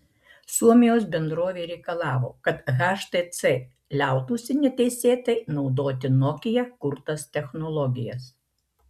suomijos bendrovė reikalavo kad htc liautųsi neteisėtai naudoti nokia kurtas technologijas